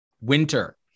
winter